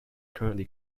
currently